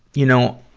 you know,